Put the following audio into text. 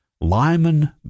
Lyman